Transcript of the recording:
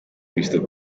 crystal